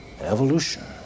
Evolution